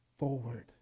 forward